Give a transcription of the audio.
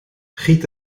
giet